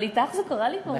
אבל אתך זה קרה לי כבר פעם.